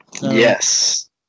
Yes